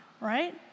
right